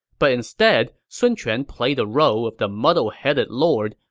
but instead, sun quan played the role of the muddle-headed lord,